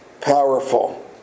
powerful